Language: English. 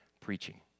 preaching